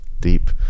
deep